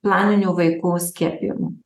planinių vaikų skiepijimų